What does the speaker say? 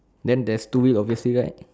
then there's two wheel obviously right